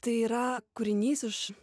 tai yra kūrinys iš